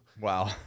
wow